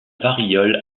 variole